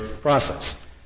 process